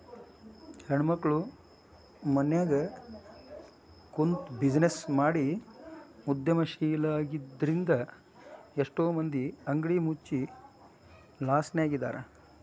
ಹೆಣ್ಮಕ್ಳು ಮನ್ಯಗ ಕುಂತ್ಬಿಜಿನೆಸ್ ಮಾಡಿ ಉದ್ಯಮಶೇಲ್ರಾಗಿದ್ರಿಂದಾ ಎಷ್ಟೋ ಮಂದಿ ಅಂಗಡಿ ಮುಚ್ಚಿ ಲಾಸ್ನ್ಯಗಿದ್ದಾರ